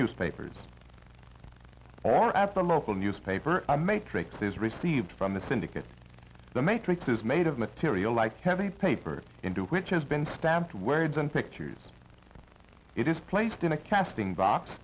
newspapers or at the local newspaper matrixes received from the syndicate the matrix is made of material like heavy paper into which has been stamped words and pictures it is placed in a casting box